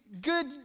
good